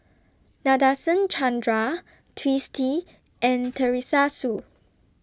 Nadasen Chandra Twisstii and Teresa Hsu